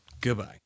Goodbye